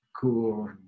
cool